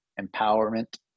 empowerment